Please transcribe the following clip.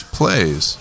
plays